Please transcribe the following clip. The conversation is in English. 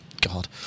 God